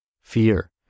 Fear